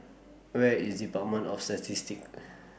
Where IS department of Statistics